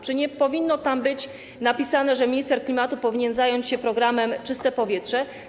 Czy nie powinno tam być napisane, że minister klimatu powinien zająć się programem „Czyste powietrze”